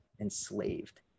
enslaved